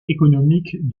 économique